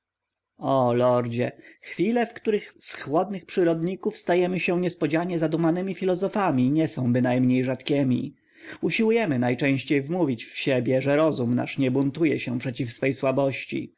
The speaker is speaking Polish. lordzie chwile w których z chłodnych przyrodników stajemy się niespodzianie zadumanymi filozofami nie są bynajmniej rzadkiemi usiłujemy najczęściej wmówić w siebie że rozum nasz nie buntuje się przeciw swej słabości